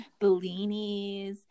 bellinis